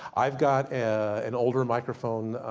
i've got an older microphone,